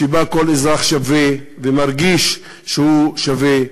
שבה כל אזרח שווה ומרגיש שהוא שווה,